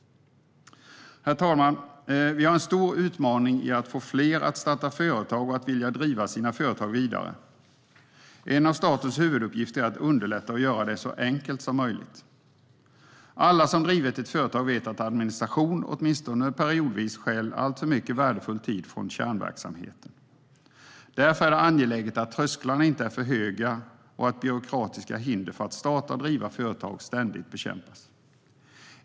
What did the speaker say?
Herr talman! Vi har en stor utmaning i att få fler att starta företag och att vilja driva sina företag vidare. En av statens huvuduppgifter är att underlätta och göra det så enkelt som möjligt. Alla som drivit ett företag vet att administration åtminstone periodvis stjäl alltför mycket värdefull tid från kärnverksamheten. Därför är det angeläget att trösklarna inte är för höga och att byråkratiska hinder för att starta och driva företag ständigt bekämpas.